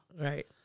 Right